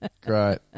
Great